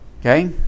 Okay